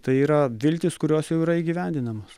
tai yra viltys kurios jau yra įgyvendinamos